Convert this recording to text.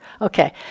Okay